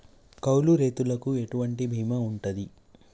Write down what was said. కౌలు రైతులకు ఎటువంటి బీమా ఉంటది?